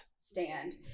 stand